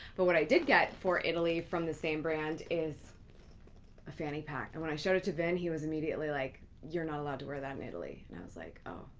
but what i did get for italy from the same brand is a fanny pack. and when i showed it to vin, he was immediately like you're not allowed to wear that in italy. and i was like oh,